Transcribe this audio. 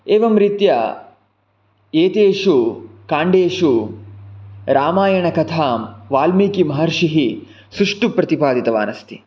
एवं रीत्या एतेषु काण्डेषु रामायणकथां वाल्मीकिमहर्षिः सुष्ठुः प्रतिपादितवान् अस्ति